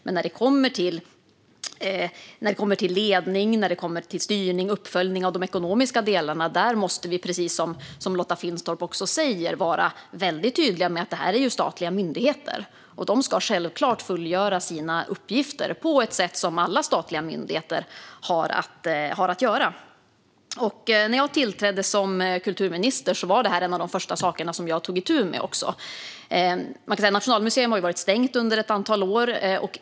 Men när det handlar om ledning, styrning och uppföljning av de ekonomiska delarna måste vi, precis som Lotta Finstorp säger, vara tydliga med att det är statliga myndigheter. De ska självklart fullgöra sina uppgifter, liksom alla statliga myndigheter ska göra. När jag tillträdde som kulturminister var det här en av de första sakerna jag tog i itu med. Nationalmuseum har varit stängt under ett antal år.